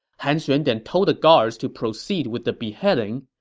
han xuan then told the guards to proceed with the beheading.